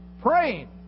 praying